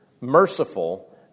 merciful